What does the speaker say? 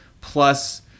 plus—